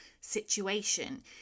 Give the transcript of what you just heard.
situation